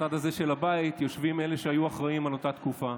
בצד הזה של הבית יושבים אלה שהיו אחראים על אותה תקופה.